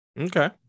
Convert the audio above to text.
okay